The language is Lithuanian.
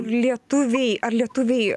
lietuviai ar lietuviai